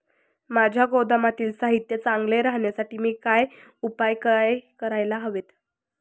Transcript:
माझ्या गोदामातील साहित्य चांगले राहण्यासाठी मी काय उपाय काय करायला हवेत?